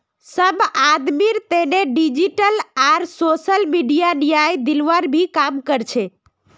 सब आदमीर तने डिजिटल आर सोसल मीडिया न्याय दिलवार भी काम कर छे